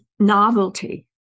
Novelty